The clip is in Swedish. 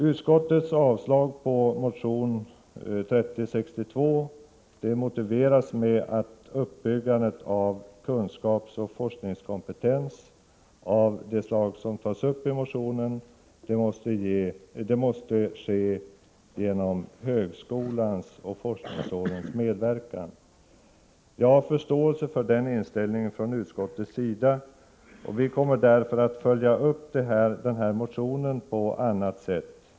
Utskottets avstyrkande av motion 3062 motiveras med att uppbyggandet av kunskapsoch forskningskompetens av det slag som tas upp i motionen måste ske genom högskolans och forskningsrådens medverkan. Jag har förståelse för den inställningen från utskottets sida, och vi kommer därför att följa upp motionen på annat sätt.